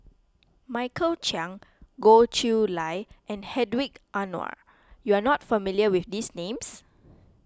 Michael Chiang Goh Chiew Lye and Hedwig Anuar you are not familiar with these names